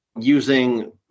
using